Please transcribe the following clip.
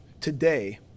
today